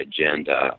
agenda